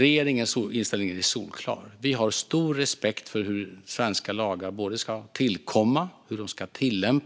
Regeringens inställning är solklar. Vi har stor respekt för hur svenska lagar ska tillkomma, för